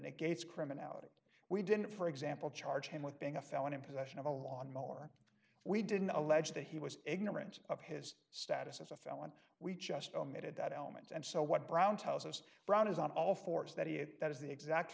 negates criminality we didn't for example charge him with being a felon in possession of a lawnmower we didn't allege that he was ignorant of his status as a felon we just omitted that element and so what brown tells us brown is on all fours that he that is the exact